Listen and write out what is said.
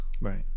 Right